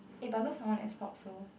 eh but no someone escort so